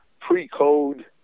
pre-code